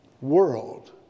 world